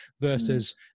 versus